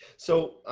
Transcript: so